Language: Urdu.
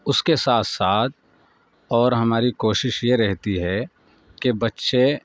اس کے ساتھ ساتھ اور ہماری کوشش یہ رہتی ہے کہ بچے